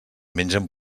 mengen